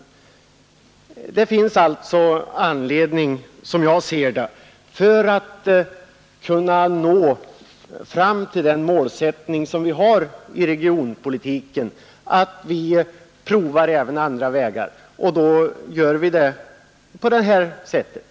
Som jag ser saken finns det alltså anledning att pröva även andra vägar för att söka nå fram till det mål vi har för regionpolitiken.